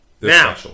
now